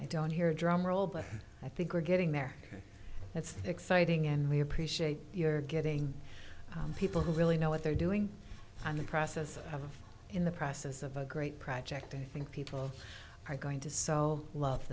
i don't hear drumroll but i think we're getting there that's exciting and we appreciate your getting people who really know what they're doing on the process in the process of a great project i think people are going to sell love